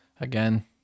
again